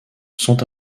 sont